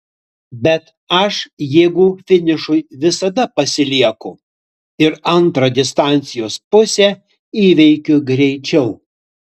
bet aš jėgų finišui visada pasilieku ir antrą distancijos pusę įveikiu greičiau